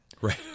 Right